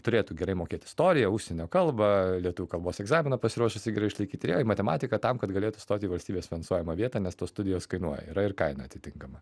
turėtų gerai mokėt istoriją užsienio kalbą lietuvių kalbos egzaminą pasiruošusi gerai išlaikyt ir jai matematika tam kad galėtų įstot į valstybės finansuojamą vietą nes tos studijos kainuoja yra ir kaina atitinkama